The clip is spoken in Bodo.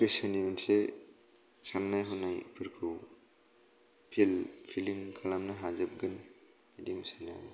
गोसोनि मोनसे साननाय हनाय फोरखौ फिलिं खालामनो हाजोबगोन बिदिनो सै आरो